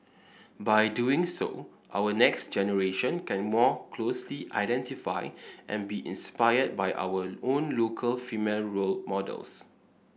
by doing so our next generation can more closely identify and be inspired by our own local female role models